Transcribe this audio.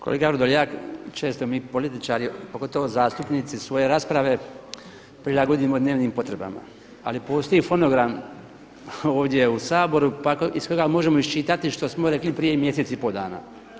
Kolega Vrdoljak često mi političari pogotovo zastupnici svoje rasprave prilagodimo dnevnim potrebama, ali postoji fonogram ovdje u Saboru iz kojega možemo iščitati što smo rekli i prije mjesec i po dana.